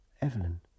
Evelyn